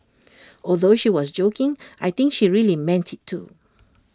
although she was joking I think she really meant IT too